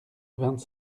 vingt